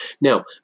Now